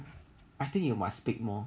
I think you must speak more